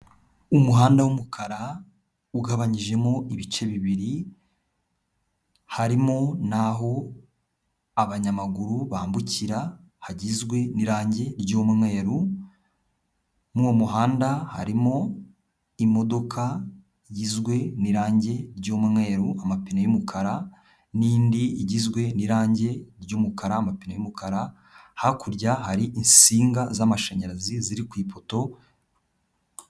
Umuhanda w'umukara ugabanyijemo ibice bibiri, harimo n'aho abanyamaguru bambukira, hagizwe n'irangi ry'umweru. Muri uwo muhanda harimo imodoka igizwe n'irangi ry'umweru, amapine y'umukara n'indi igizwe n'irangi ry'umukara, amapine y'umukara, hakurya hari insinga z'amashanyarazi ziri ku ipoto.